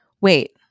Wait